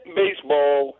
baseball